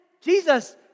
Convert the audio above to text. Jesus